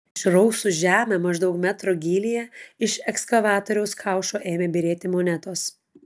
išrausus žemę maždaug metro gylyje iš ekskavatoriaus kaušo ėmė byrėti monetos